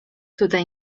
tutaj